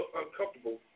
uncomfortable